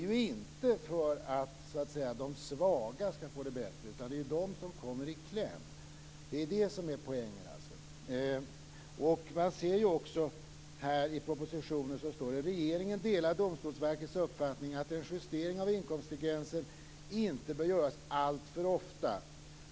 Detta innebär ju inte att de svaga får det bättre, utan det är ju de som kommer i kläm. Det är det som är poängen. I propositionen står det också: "Regeringen delar Domstolsverkets uppfattning att en justering av inkomstgränsen inte bör göras alltför ofta.